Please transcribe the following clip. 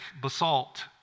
basalt